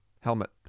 Helmet